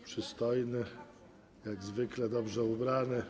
Przystojny, jak zwykle dobrze ubrany.